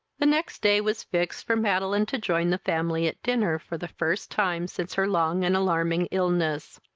the next day was fixed for madeline to join the family at dinner, for the first time since her long and alarming illness.